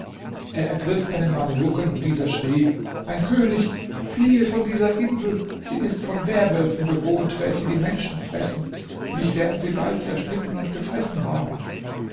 er ergriff einen mamelucken und dieser schrie mein könig fliehe von dieser insel sie ist von werwölfen bewohnt welche die menschen fressen mich werden sie bald zerschnitten und gefressen haben